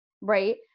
right